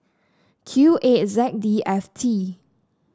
Q eight Z D F T